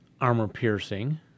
armor-piercing